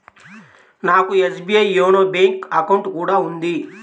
నాకు SBI YONO bank account కూడా ఉంది